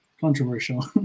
controversial